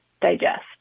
digest